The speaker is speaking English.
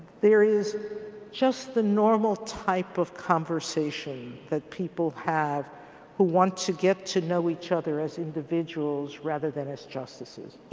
there is just the normal type of conversation that people have who want to get to know each other as individuals rather than as justices.